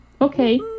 Okay